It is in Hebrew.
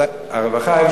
הרווחה.